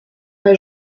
pas